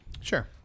Sure